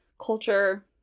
culture